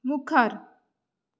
मुखार